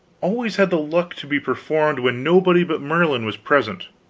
always had the luck to be performed when nobody but merlin was present